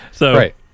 Right